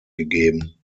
gegeben